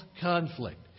conflict